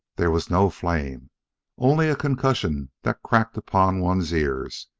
there was no flame only a concussion that cracked upon one's ears,